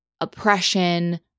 oppression